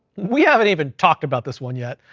we haven't even talked about this one yet,